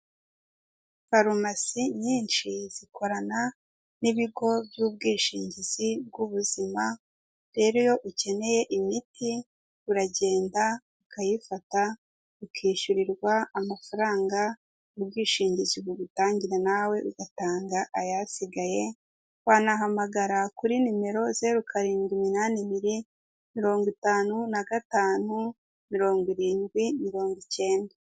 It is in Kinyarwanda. Farumasi nyinshi zikorana n'ibigo by'ubwishingizi bw'ubuzima, rero iyo ukeneye imiti uragenda ukayifata ukishyurirwa amafaranga mu bwishingizi bugutangira nawe ugatanga ayasigaye. Wanahamagara kuri nimero zeru ukarindwi iminani, ibiri mirongo itanu na gatanu, mirongo irindwi, mirongo icyenda.